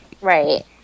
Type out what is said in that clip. Right